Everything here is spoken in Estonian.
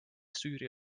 süüria